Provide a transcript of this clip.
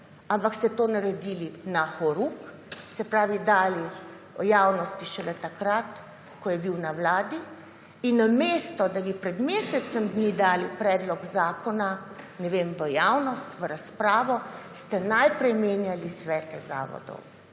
ampak ste to naredili na horuk, se pravi dali javnosti šele takrat ko je bil na vladi. In namesto, da bi pred mesecem dni dali predlog zakona, ne vem, v javnost, v razpravo ste najprej menjali svete zavodov,